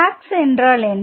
packs என்றால் என்ன